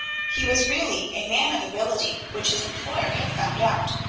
he was really a man of ability which his employer had found out.